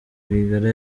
rwigara